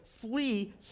flee